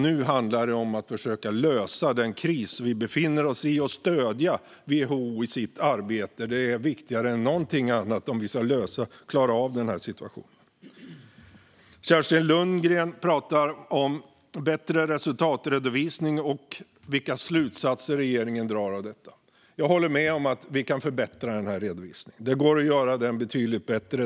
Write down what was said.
Nu handlar det om att försöka lösa den kris vi befinner oss i och om att stödja WHO i dess arbete. Detta är viktigare än någonting annat om vi ska klara av den här situationen. Kerstin Lundgren pratar om bättre resultatredovisning och om vilka slutsatser regeringen drar av detta. Jag håller med om att vi kan förbättra redovisningen; det går att göra den betydligt bättre.